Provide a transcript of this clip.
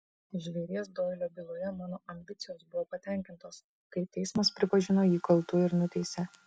žvėries doilio byloje mano ambicijos buvo patenkintos kai teismas pripažino jį kaltu ir nuteisė